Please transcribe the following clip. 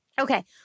Okay